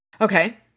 Okay